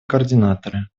координаторы